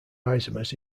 isomers